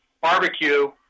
barbecue